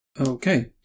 Okay